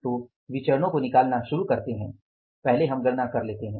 तो विचरणो को निकालना शुरू करने से पहले हम गणना कर लेते हैं